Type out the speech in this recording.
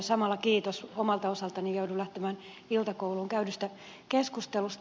samalla kiitos omalta osaltani joudun lähtemään iltakouluun käydystä keskustelusta